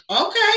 Okay